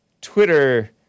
Twitter